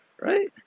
Right